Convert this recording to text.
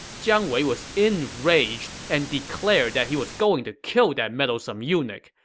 jiang wei was enraged and declared that he was going to kill that meddlesome eunuch.